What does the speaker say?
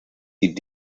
die